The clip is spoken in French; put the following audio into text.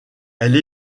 elle